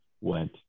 went